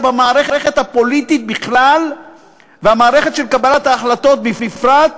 במערכת הפוליטית בכלל ובמערכת של קבלת ההחלטות בפרט.